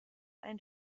ein